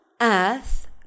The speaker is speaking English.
Earth